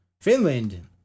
Finland